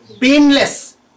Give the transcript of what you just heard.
painless